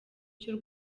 cy’u